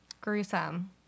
Gruesome